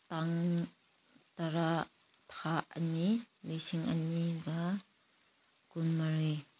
ꯇꯥꯡ ꯇꯔꯥ ꯊꯥ ꯑꯅꯤ ꯂꯤꯁꯤꯡ ꯑꯅꯤꯒ ꯀꯨꯟꯃꯔꯤ